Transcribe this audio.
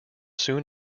soon